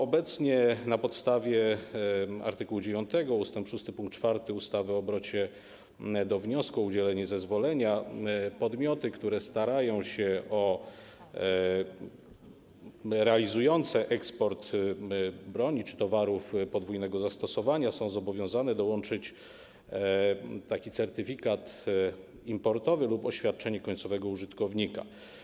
Obecnie na podstawie art. 9 ust. 6 pkt 4 ustawy o obrocie do wniosku o udzielenie zezwolenia podmioty, które realizujące eksport broni czy towarów podwójnego zastosowania, są zobowiązane dołączyć taki certyfikat importowy lub oświadczenie końcowego użytkownika.